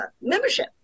membership